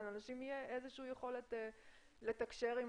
שלאנשים תהיה איזה שהיא יכולת לתקשר עם